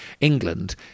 england